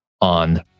on